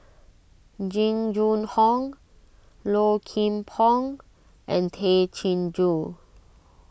Jing Jun Hong Low Kim Pong and Tay Chin Joo